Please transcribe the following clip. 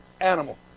animal